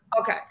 okay